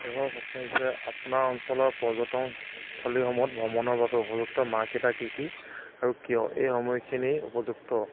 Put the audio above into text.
এবাৰ প্ৰশ্ন হৈছে আপোনাৰ অঞ্চলৰ পৰ্যটনস্থলীসমূহত ভ্ৰমণৰ বাবে উপযুক্ত মহাকেইটা কি কি আৰু কিয় এই সময়খিনি উপযুক্ত